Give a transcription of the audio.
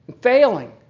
failing